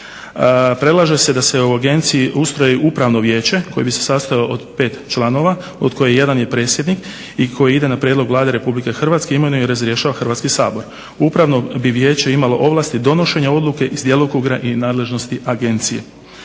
Predlaže se da se u Agenciji ustroji upravno vijeće koje bi se sastojalo od pet članova od kojih jedan je predsjednik i koji ide na prijedlog Vlade Republike Hrvatske imenuje i razrješava Hrvatski sabor. Upravno bi vijeće imalo ovlasti donošenja odluke iz djelokruga i nadležnosti Agencije.